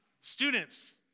Students